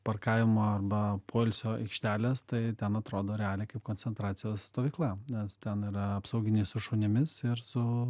parkavimo arba poilsio aikštelės tai ten atrodo realiai kaip koncentracijos stovykla nes ten yra apsauginiai su šunimis ir su